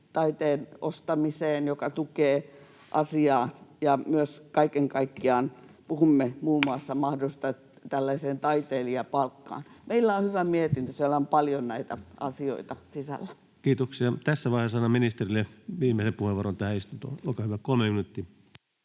kuvataiteen ostamiseen, mikä tukee asiaa, ja myös kaiken kaikkiaan puhumme muun muassa mahdollisuudesta taitelijapalkkaan. Meillä on hyvä mietintö, siellä on paljon näitä asioita sisällä. Kiitoksia. — Tässä vaiheessa annan ministerille viimeisen puheenvuoron tähän istuntoon. — Olkaa hyvä, 3 minuuttia.